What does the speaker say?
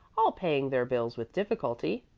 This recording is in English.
all paying their bills with difficulty,